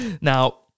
Now